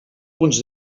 punts